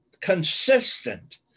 consistent